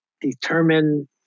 determine